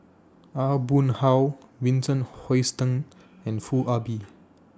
Aw Boon Haw Vincent Hoisington and Foo Ah Bee